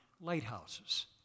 lighthouses